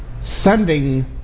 sending